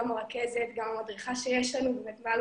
גם הרכזת וגם המדריכה שיש לנו - זה מעל